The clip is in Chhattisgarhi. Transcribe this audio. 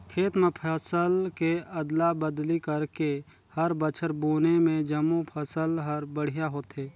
खेत म फसल के अदला बदली करके हर बछर बुने में जमो फसल हर बड़िहा होथे